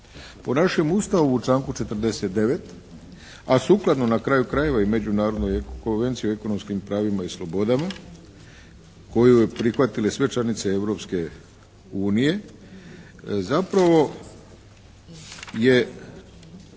Po našem Ustavu u članku 49., a sukladno na kraju krajeva i Međunarodnoj konvenciji o ekonomskim pravima i slobodama koju je prihvatile sve članice Europske unije zapravo je